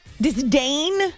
disdain